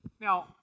Now